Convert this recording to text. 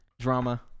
drama